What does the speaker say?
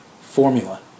formula